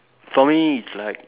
for me it's like